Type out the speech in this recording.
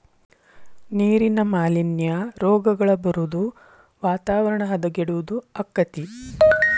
ನೇರಿನ ಮಾಲಿನ್ಯಾ, ರೋಗಗಳ ಬರುದು ವಾತಾವರಣ ಹದಗೆಡುದು ಅಕ್ಕತಿ